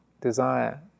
desire